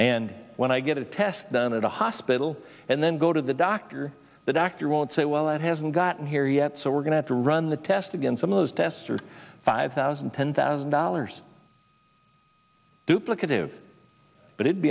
and when i get a test done at a hospital and then go to the doctor the doctor won't say well it hasn't gotten here yet so we're going to run the test again some of those tests are five thousand ten thousand dollars duplicative but it